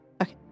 Okay